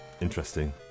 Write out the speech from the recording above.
Interesting